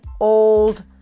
old